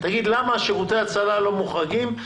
תגיד למה שירותי הצלה לא מוחרגים.